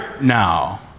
now